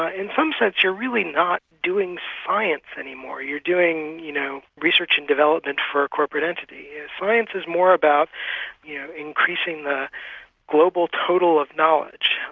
ah in some sense you're really not doing science any more, you're doing you know research and development for a corporate entity. science is more about yeah increasing the global total of knowledge.